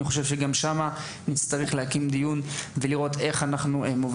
חושב שנצטרך לקיים דיון נפרד בנושא זה.